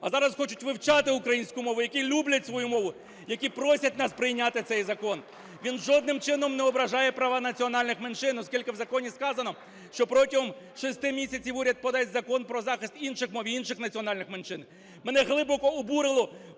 а зараз хочуть вивчать українську мову, які люблять свою мову, які просять нас прийняти цей закон. Він жодним чином не ображає права національних меншин, оскільки в законі сказано, що протягом 6 місяців уряд подасть Закон про захист інших мов і інших національних меншин. Мене глибоко обурив